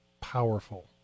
powerful